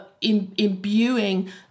imbuing